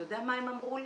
אתה יודע מה הם אמרו לי?